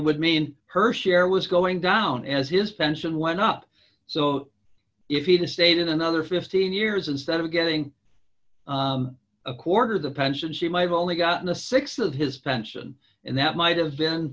would mean her share was going down as his pension went up so if he'd stayed in another fifteen years instead of getting a quarter the pension she may have only gotten a six of his pension and that might have been